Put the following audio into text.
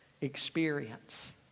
experience